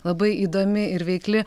labai įdomi ir veikli